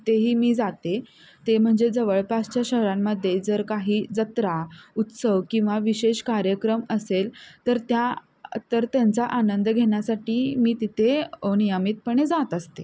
तिथेही मी जाते ते म्हणजे जवळपासच्या शहरांमध्ये जर काही जत्रा उत्सव किंवा विशेष कार्यक्रम असेल तर त्या तर त्यांचा आनंद घेण्यासाठी मी तिथे नियमितपणे जात असते